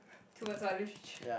towards what literature